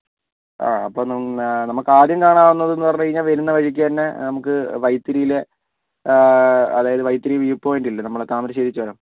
ആ അപ്പോൾ നം നമുക്ക് ആദ്യം കാണാവുന്നതെന്ന് പറഞ്ഞുകഴിഞ്ഞാൽ വരുന്ന വഴിക്ക് തന്നെ നമുക്ക് വൈത്തിരിയിലെ അതായത് വൈത്തിരി വ്യൂ പോയിന്റ് ഇല്ലേ നമ്മളെ താമരശ്ശേരി ചുരം